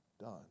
done